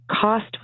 Cost